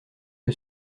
que